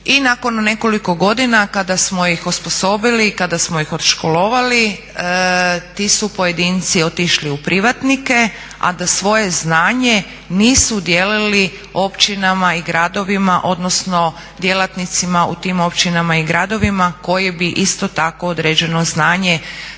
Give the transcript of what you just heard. i nakon nekoliko godina kada smo ih osposobili, kada smo ih odškolovali ti su pojedinci otišli u privatnike, a da svoje znanje nisu dijelili općinama i gradovima, odnosno djelatnicima u tim općinama i gradovima koji bi isto tako određeno znanje